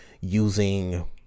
using